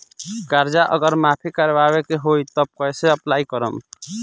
कर्जा अगर माफी करवावे के होई तब कैसे अप्लाई करम?